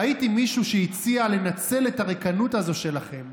ראיתי מישהו שהציע לנצל את הריקנות הזו שלכם,